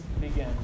begin